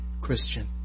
Christian